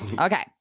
Okay